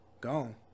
gone